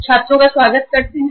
छात्रों आपका स्वागत है